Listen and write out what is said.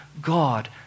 God